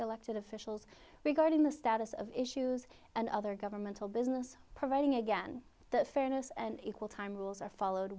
elected officials regarding the status of issues and other governmental business providing again the fairness and equal time rules are followed